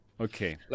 Okay